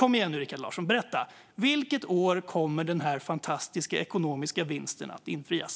Kom igen nu, Rikard Larsson, berätta! Vilket år kommer detta löfte om ekonomisk vinst att infrias?